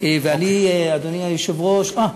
ואני, אדוני היושב-ראש, אה,